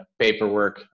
paperwork